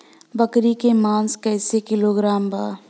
बकरी के मांस कईसे किलोग्राम बा?